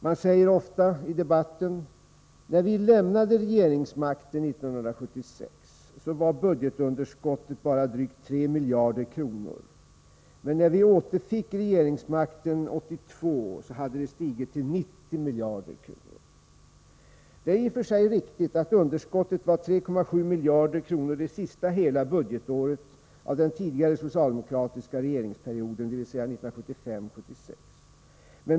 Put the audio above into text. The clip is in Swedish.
De säger ofta i debatten att när de lämnade regeringsmakten 1976 var budgetunderskottet bara drygt 3 miljarder kronor, men när de återfick regeringsmakten 1982 hade det stigit till 90 miljarder kronor. Det är i och för sig riktigt att underskottet var 3,7 miljarder under det sista hela budgetåret av den tidigare socialdemokratiska regeringsperioden, dvs. 1975/76.